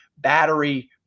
battery